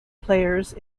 players